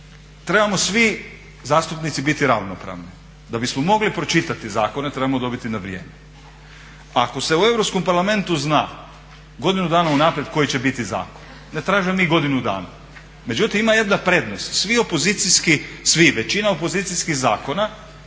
Trebamo svi zastupnici biti ravnopravni. Da bismo mogli pročitati zakone trebamo dobiti na vrijeme. Ako se u Europskom parlamentu zna godinu dana unaprijed koji će biti zakon, ne tražimo mi godinu dana. Međutim ima jedna prednost, svi opozicijski, većina opozicijskih zakona